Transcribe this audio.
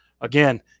Again